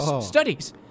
studies